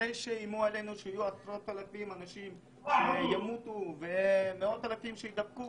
שאיימו שעשרות אלפי אנשים ימותו ומאות אלפים ידבקו.